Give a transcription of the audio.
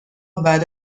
بعد